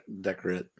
decorate